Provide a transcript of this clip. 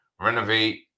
renovate